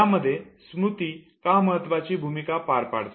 यामध्ये स्मृती का महत्त्वाची भूमिका पार पाडते